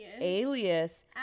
alias